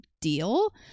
deal